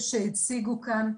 שהציגו כאן.